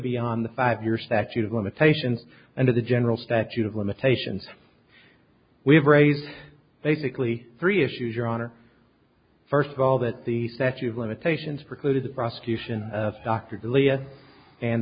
beyond the five year statute of limitations and to the general statute of limitations we've raised basically three issues your honor first of all that the statute of limitations precluded the prosecution of dr